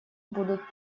будут